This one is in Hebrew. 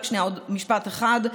רק שנייה, עוד משפט אחד.